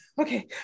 okay